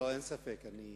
אין ספק, אני